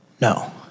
No